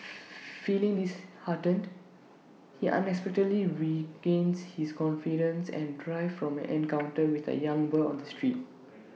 feeling disheartened he unexpectedly regains his confidence and drive from an encounter with A young boy on the street